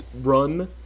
run